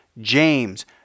James